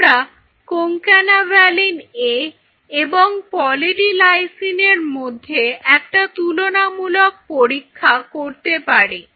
আমরা Concanavaline A এবং poly D লাইসিনের মধ্যে একটা তুলনামূলক পরীক্ষা করতে পারি